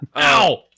Ow